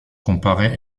comparée